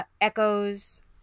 Echoes